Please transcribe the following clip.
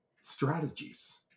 strategies